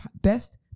Best